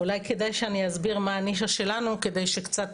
ואולי כדאי שאני אסביר מה הנישה שלנו כדי שקצת